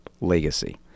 legacy